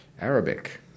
Arabic